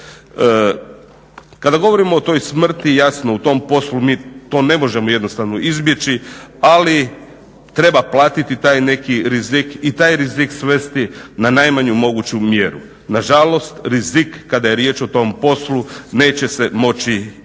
Kada govorimo o toj smrti jasno u tom poslu mi to ne možemo jednostavno izbjeći, ali treba platiti taj neki rizik i taj rizik svesti na najmanju moguću mjeru. Nažalost rizik, kada je riječ o tom poslu, neće se moći izbjeći.